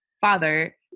father